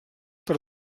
per